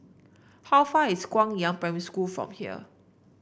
how far is Guangyang Primary School from here